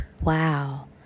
wow